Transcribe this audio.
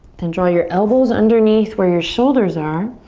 and draw your elbows underneath where your shoulders are.